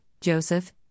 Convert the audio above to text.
Joseph